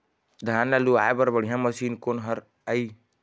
धान ला लुआय बर बढ़िया मशीन कोन हर आइ?